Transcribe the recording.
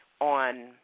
on